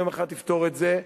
יום אחד תפתור את זה,